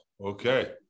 Okay